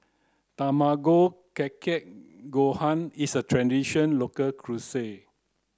tamago kake gohan is a tradition local cuisine